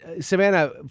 Savannah